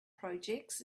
projects